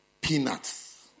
peanuts